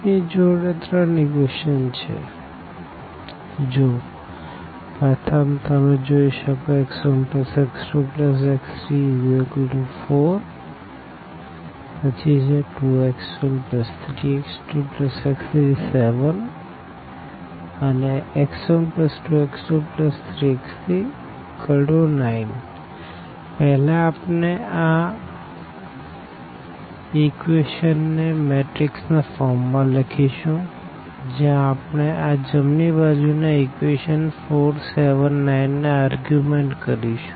આપણી જોડે ત્રણ ઇક્વેશન છે x1x2x34 2x13x2x37 x12x23x39 પેહલા આપણે આ ઇક્વેશન ને મેટ્રીક્સ ના ફોર્મ માં લખીશું જ્યાં આપણે આ જમણી બાજુ ના ઇક્વેશન 4 7 9ને આર્ગ્યુમેન્ટ કરીશું